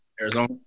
Arizona